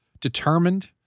determined